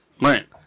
Right